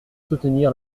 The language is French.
soutenir